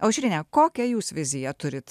aušrine kokią jūs viziją turit